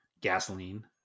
gasoline